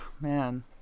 Man